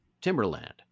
timberland